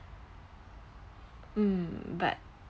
mm but